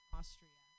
Austria